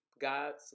God's